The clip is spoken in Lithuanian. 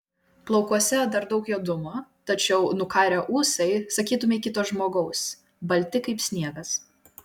plaukuose dar daug juodumo tačiau nukarę ūsai sakytumei kito žmogaus balti kaip sniegas